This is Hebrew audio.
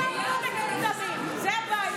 אתה חושב שכולם פה מטומטמים, זאת הבעיה.